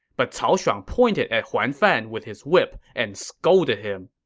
but cao shuang pointed at huan fan with his whip and scolded him.